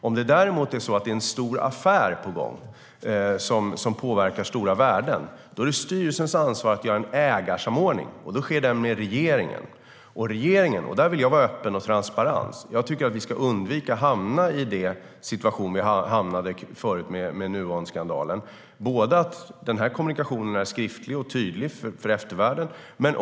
Om det däremot är en stor affär på gång, som påverkar stora värden, är det styrelsens ansvar att göra en ägarsamordning. Den sker med regeringen. Här vill jag vara öppen och transparent för att undvika den situation vi hamnade i med Nuonskandalen. Kommunikationen ska vara skriftlig och tydlig för eftervärlden.